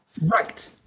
Right